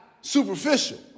superficial